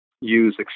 use